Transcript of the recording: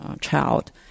child